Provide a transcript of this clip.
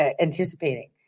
anticipating